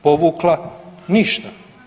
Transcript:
Povukla ništa.